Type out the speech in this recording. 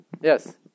Yes